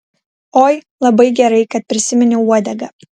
oi labai gerai kad prisiminiau uodegą